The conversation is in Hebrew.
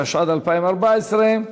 התשע"ד 2014,